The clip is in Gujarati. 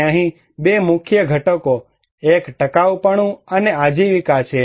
અને અહીં બે મુખ્ય ઘટકો એક ટકાઉપણું અને આજીવિકા છે